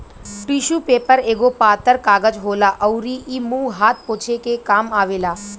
tissue paper एगो पातर कागज होला अउरी इ मुंह हाथ पोछे के काम आवेला